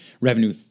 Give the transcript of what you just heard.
revenue